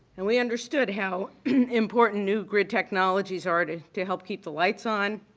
and we understood how important new grid technologies are to to help keep the lights on,